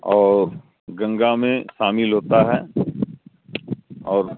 اور گنگا میں شامل ہوتا ہے اور